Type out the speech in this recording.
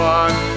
one